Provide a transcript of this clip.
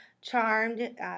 charmed